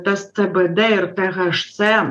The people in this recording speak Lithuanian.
tas cbd ir tė haš cė